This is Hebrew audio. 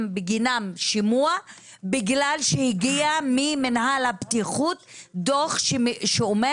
שימוע בגלל שהגיע ממינהל הבטיחות דו"ח שאומר